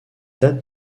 dates